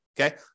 okay